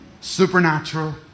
Supernatural